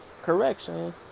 correction